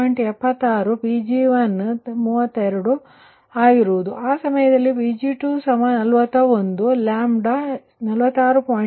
76Pg1 32 ಆಗಿರುತ್ತದೆ ಆ ಸಮಯದಲ್ಲಿ Pg241 ಕ್ಕೆ 46